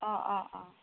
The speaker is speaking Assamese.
অ অ অ